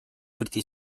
briti